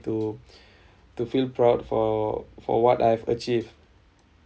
to to feel proud for for what I've achieved